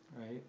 Right